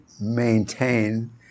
maintain